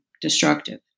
destructive